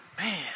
Man